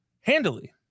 handily